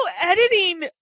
editing